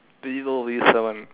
V O V seven